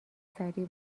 سریع